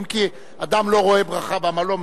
אם כי אדם לא רואה ברכה בעמלו,